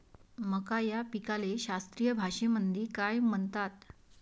मका या पिकाले शास्त्रीय भाषेमंदी काय म्हणतात?